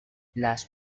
las